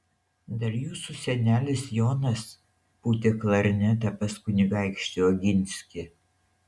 dar jūsų senelis jonas pūtė klarnetą pas kunigaikštį oginskį